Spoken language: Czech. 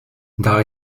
dal